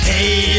Hey